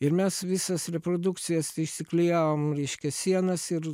ir mes visas reprodukcijas išsiklijavom reiškia sienas ir